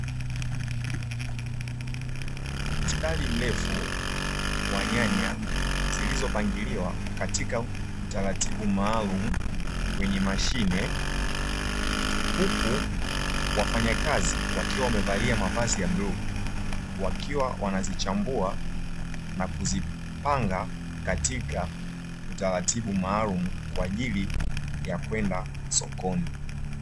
Mstari mrefu wa nyanya, zilizopangiliwa katika utaratibu maalumu kwenye mashine. Huku wafanyakazi wakiwa wamevalia mavazi ya bluu, wakiwa wanazichambua na kuzipanga katika utaratibu maalumu kwa ajili ya kwenda sokoni.